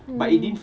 mm